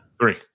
Three